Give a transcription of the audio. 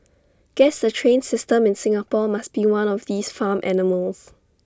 guess the train system in Singapore must be one of these farm animals